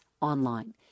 online